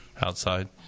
outside